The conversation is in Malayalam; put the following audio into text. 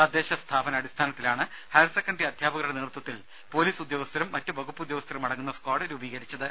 തദ്ദേശ സ്ഥാപന അടിസ്ഥാനത്തിലാണ് ഹയർ സെക്കൻഡറി അധ്യാപകരുടെ നേതൃത്വത്തിൽ പൊലീസ് ഉദ്യോഗസ്ഥരും മറ്റ് വകുപ്പുദ്യോഗസ്ഥരുമടങ്ങുന്ന സ്ക്വാഡ് രൂപീകരിച്ചത്